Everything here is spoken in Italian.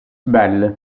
bell